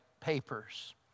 papers